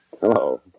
Hello